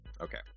Okay